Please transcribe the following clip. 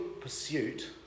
pursuit